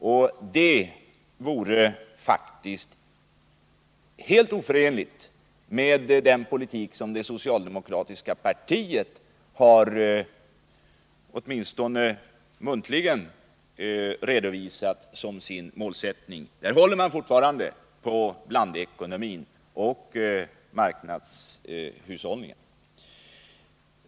Och det vore faktiskt helt oförenligt med vad det — ningen i Värmlands socialdemokratiska partiet, åtminstone muntligen, har redovisat som sin — län målsättning. Där håller man fortfarande på blandekonomin och marknadshushållningen.